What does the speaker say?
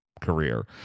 career